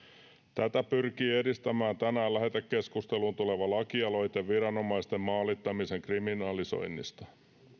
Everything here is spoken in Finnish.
tätä pyrkii edistämään tänään lähetekeskusteluun tuleva lakialoite viranomaisten maalittamisen kriminalisoinnista